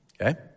Okay